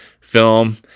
film